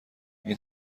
این